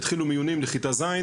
התחילו מיונים לכיתה ז',